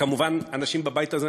וכמובן אנשים בבית הזה,